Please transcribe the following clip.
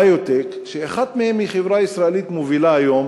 ביו-טק, שאחת מהן היא חברה ישראלית מובילה היום